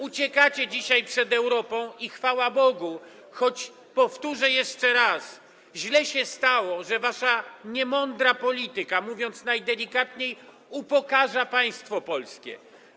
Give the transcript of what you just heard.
Uciekacie dzisiaj przed Europą i chwała Bogu, choć powtórzę jeszcze raz: źle się stało, że wasza niemądra polityka, mówiąc najdelikatniej, upokarza państwo polskie.